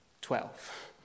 Twelve